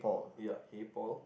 ya hip pop